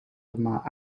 we—maar